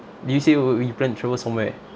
did you say w~ you planned to travel somewhere